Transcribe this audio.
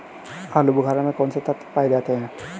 आलूबुखारा में कौन से पोषक तत्व पाए जाते हैं?